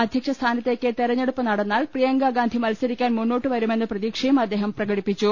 അധ്യക്ഷ സ്ഥാനത്തേക്ക് തെരഞ്ഞെടുപ്പ് നടന്നാൽ പ്രിയ ങ്കാഗാന്ധി മത്സരിക്കാൻ മുന്നോട്ടുവരുമെന്ന പ്രതീക്ഷയും അദ്ദേഹം പ്രകടിപ്പിച്ചു